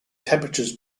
temperatures